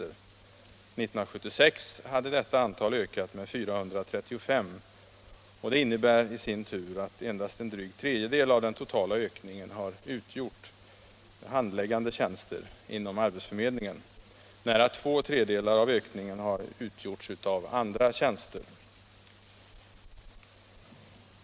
År 1976 hade detta antal ökat med 435. Detta innebär i sin tur att endast en dryg tredjedel av den totala ökningen har gällt handläggande personal inom arbetsförmedlingen. Nära två tredjedelar av ökningen har gällt andra tjänster.